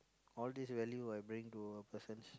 all this value I bring to a person's